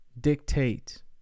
Dictate